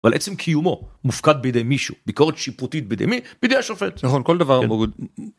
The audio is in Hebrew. ועל עצם קיומו, מופקד בידי מישהו ,ביקורת שיפוטית. בידי מי? בידי השופט. נכון ,כל דבר.